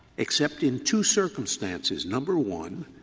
except in two circumstances number one,